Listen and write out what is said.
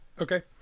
Okay